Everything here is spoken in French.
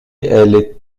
elle